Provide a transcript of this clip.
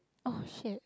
oh shit